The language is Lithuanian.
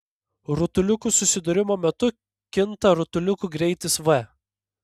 rutuliukų susidūrimo metu kinta rutuliukų greitis v